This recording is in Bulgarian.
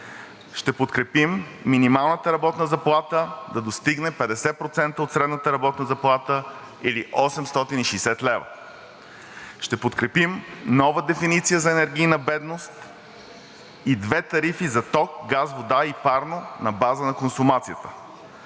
Ще подкрепим минималната работна заплата да достигне 50% от средната работна заплата, или 860 лв. Ще подкрепим нова дефиниция за енергийна бедност и две тарифи за ток, газ, вода и парно на база на консумацията.